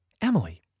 Emily